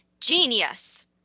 genius